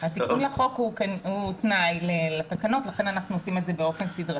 התיקון לחוק הוא תנאי לתקנות ולכן אנחנו עושים את זה באופן סדרתי.